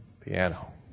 piano